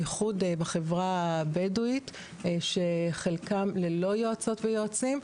בייחוד בחברה הבדואית שחלקם ללא יועצות ויועצים,